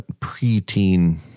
preteen